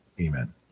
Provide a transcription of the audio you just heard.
Amen